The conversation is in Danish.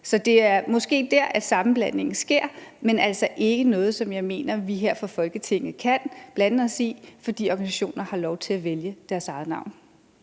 Så det er måske der, sammenblandingen sker, men det er altså ikke noget, som jeg mener vi her fra Folketinget kan blande os i, fordi organisationer har lov til at vælge deres eget navn.